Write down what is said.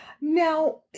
now